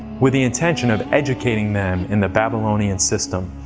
with the intention of educating them in the babylonian system.